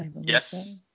Yes